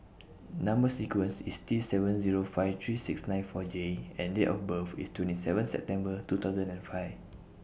Number sequence IS T seven Zero five three six nine four J and Date of birth IS twenty seven September two thousand and five